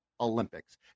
olympics